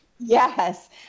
Yes